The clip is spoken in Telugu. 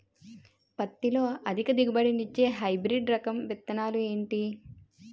పత్తి లో అధిక దిగుబడి నిచ్చే హైబ్రిడ్ రకం విత్తనాలు ఏంటి